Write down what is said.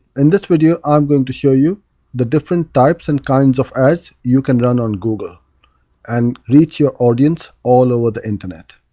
in this video i'm going to show you the different types and kinds of ads you can run on google and reach your audience all over the internet.